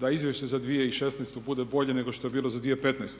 da izvješće za 2016.bude bolje nego što je bilo za 2015.,